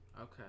Okay